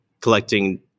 collecting